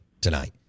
tonight